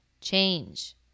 change